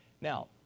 Now